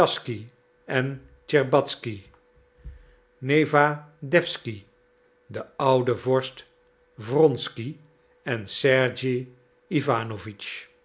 en tscherbatzky newadewsky de oude vorst wronsky en sergej